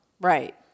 Right